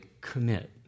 commit